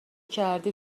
کردی